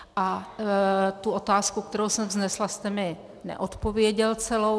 A tu otázku, kterou jsem vznesla, jste mi neodpověděl celou.